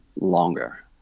longer